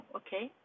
okay